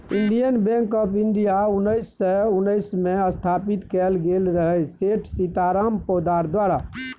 union Bank of India उन्नैस सय उन्नैसमे स्थापित कएल गेल रहय सेठ सीताराम पोद्दार द्वारा